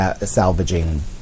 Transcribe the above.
salvaging